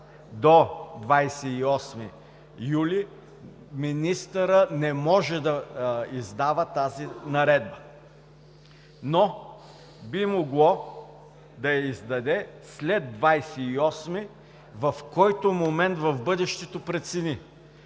до 28 юли министърът не може да издава тази наредба, но би могло да я издаде след 28-и, в който момент в бъдещето прецени.